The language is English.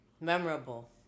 Memorable